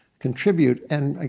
contribute and, i